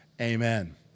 amen